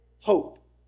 hope